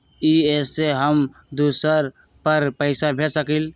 इ सेऐ हम दुसर पर पैसा भेज सकील?